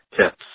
tips